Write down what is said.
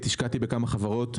השקעתי בכמה חברות.